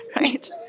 right